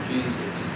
Jesus